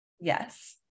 Yes